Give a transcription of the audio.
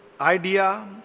idea